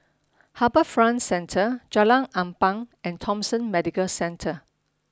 HarbourFront Centre Jalan Ampang and Thomson Medical Centre